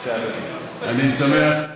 איכנס איתך,